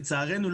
לצערנו,